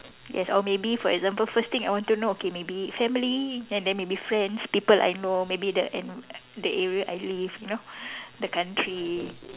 yes or maybe for example first thing I want to know okay maybe family and then maybe friends people I know maybe the an~ the area I live you know the country